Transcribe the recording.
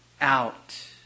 out